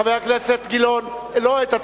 חבר הכנסת גילאון, לא העת.